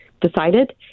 decided